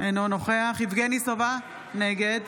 אינו נוכח יבגני סובה, נגד